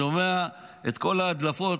ושומע את כל ההדלפות